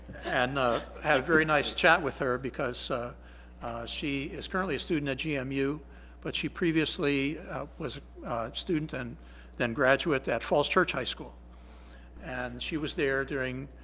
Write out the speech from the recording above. and ah had a very nice chat with her because she is currently a student at gmu but she previously was a student and then graduate at falls church high school and she was there during